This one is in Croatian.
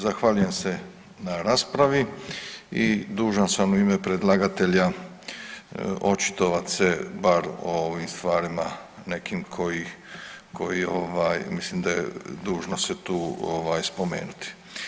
Zahvaljujem se na raspravi i dužan sam u ime predlagatelja očitovat se bar o ovim stvarima nekim koji mislim da je dužno se tu spomenuti.